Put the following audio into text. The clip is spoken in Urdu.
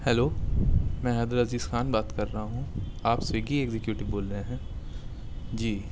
ہیلو میں حیدر عزیز خان بات کر رہا ہوں آپ سویگی ایگزیکٹو بول رہے ہیں جی